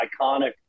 iconic